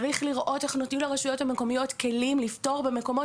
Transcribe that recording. צריך לראות איך נותנים לרשויות המקומיות כלים לפטור במקומות